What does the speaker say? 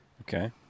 Okay